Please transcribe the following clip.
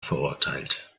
verurteilt